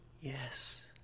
Yes